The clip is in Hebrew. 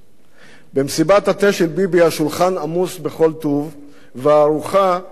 במסיבת התה של ביבי השולחן עמוס בכל טוב והארוחה היא בחינם.